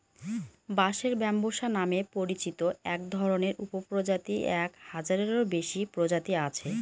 বাঁশের ব্যম্বুসা নামে পরিচিত একধরনের উপপ্রজাতির এক হাজারেরও বেশি প্রজাতি আছে